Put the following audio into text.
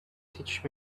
teach